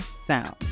Sound